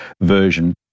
version